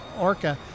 orca